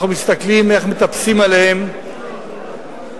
אנחנו מסתכלים איך מטפסים עליהם מסביבנו.